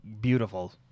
beautiful